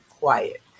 quiet